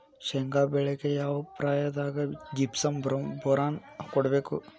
ಶೇಂಗಾ ಬೆಳೆಗೆ ಯಾವ ಪ್ರಾಯದಾಗ ಜಿಪ್ಸಂ ಬೋರಾನ್ ಕೊಡಬೇಕು?